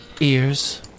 ears